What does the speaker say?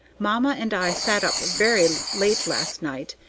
mamma and i sat up very late last night,